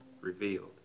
revealed